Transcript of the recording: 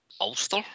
Ulster